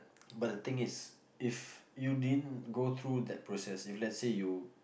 but the thing is if you didn't go through that process if let's say you